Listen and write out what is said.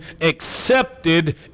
accepted